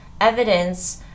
evidence